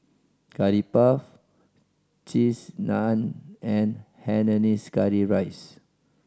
Curry Puff Cheese Naan and hainanese curry rice